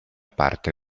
parte